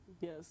Yes